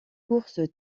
course